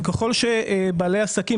ככל שבעלי עסקים,